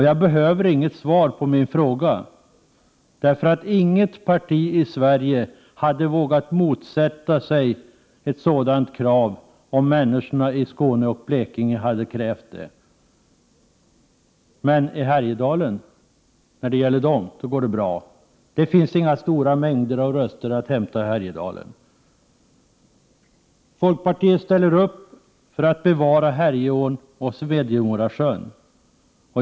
Jag behöver inget svar på min fråga, därför att jag vet att inget parti i Sverige hade vågat motsätta sig ett sådant krav om människorna i Skåne och Blekinge hade krävt detta. Men när det gäller Härjedalen går det bra. Det finns inga stora mängder av röster att hämta i Härjedalen. Folkpartiet ställer upp bakom kravet att bevara Härjeån och Smedjemorasjön.